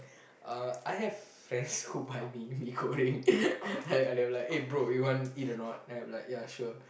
uh I have friends who buy me mee-goreng and I was I was like eh bro you want eat or not then I was like sure